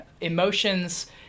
Emotions